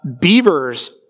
beavers